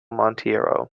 monteiro